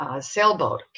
sailboat